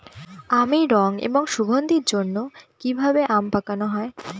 আমের রং এবং সুগন্ধির জন্য কি ভাবে আম পাকানো হয়?